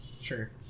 sure